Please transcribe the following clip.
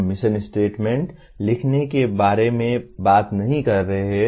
हम mission statement लिखने के बारे में बात नहीं कर रहे हैं